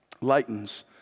lightens